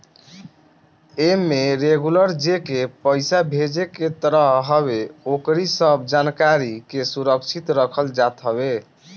एमे रेगुलर जेके पईसा भेजे के रहत हवे ओकरी सब जानकारी के सुरक्षित रखल जात हवे